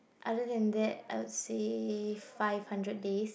other than that I will save five hundred days